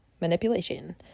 Manipulation